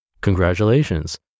Congratulations